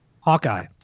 Hawkeye